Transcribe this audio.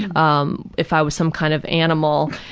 and um if i was some kind of animal.